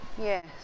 Yes